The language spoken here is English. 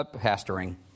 pasturing